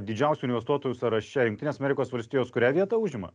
didžiausių investuotojų sąraše jungtinės amerikos valstijos kurią vietą užima